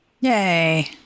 Yay